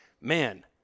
man